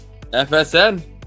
FSN